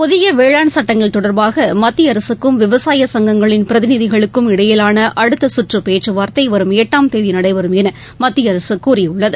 புதிய வேளாண் சட்டங்கள் தொடர்பாக மத்திய அரசுக்கும் விவசாய சங்கங்களின் பிரதிநிதிகளுக்கும் இடையிலான அடுத்த சுற்று பேச்சுவார்த்தை வரும் எட்டாம் தேதி நடைபெறும் என மத்திய அரசு கூறியுள்ளது